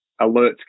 alerts